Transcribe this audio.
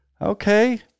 Okay